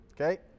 okay